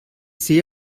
sehe